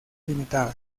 ltd